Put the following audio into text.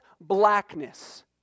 blackness